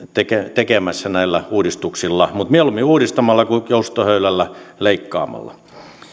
tekemässä näillä uudistuksilla mutta mieluummin uudistamalla kuin juustohöylällä leikkaamalla